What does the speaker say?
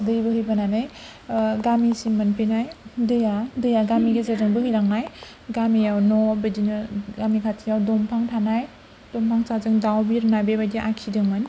दै बोहैबोनानै गामिसिम मोनफैनाय दैया दैया गामि गेजेरजों बोहैलांनाय गामियाव न' बिदिनो गामि खाथियाव दंफां थानाय दंफां साजों दाउ बिरनाय बेबादि आखिदोंमोन